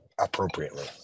appropriately